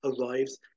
arrives